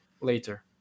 later